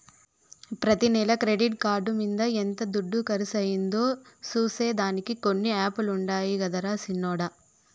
ప్రతి నెల credit card మింద ఎంత దుడ్డు కర్సయిందో సూసే దానికి కొన్ని యాపులుండాయి గదరా సిన్నోడ